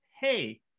hey